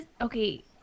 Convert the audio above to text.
Okay